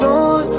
on